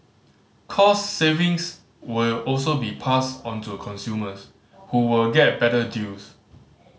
cost savings will also be passed onto consumers who will get better deals